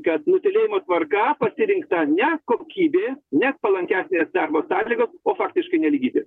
kad nutylėjimui tvarka pasirinkta ne kokybė ne palankesnės darbo sąlygos o faktiškai nelygybė